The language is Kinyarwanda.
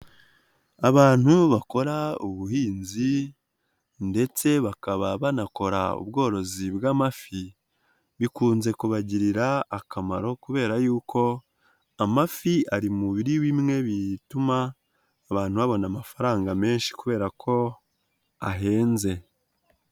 Abantu bakora ubuhinzi ndetse bakaba banakora ubworozi bw'amafi, bikunze kubagirira akamaro kubera y'uko amafi ari mubiri bimwe bituma abantu babona amafaranga menshi kubera ko ahenze.